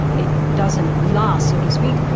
it doesn't last, so to speak.